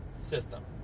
system